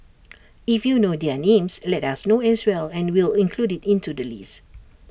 if you know their names let us know as well and we'll include IT into the list